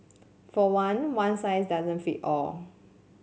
for one one size doesn't fit all